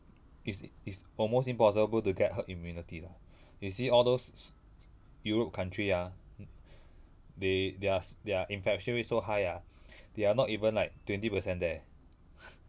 it's it's almost impossible to get herd immunity lah you see all those europe country ah they their their infection rate so high ah they are not even like twenty percent there